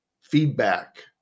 feedback